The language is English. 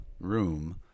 room